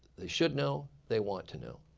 they should know. they want to know.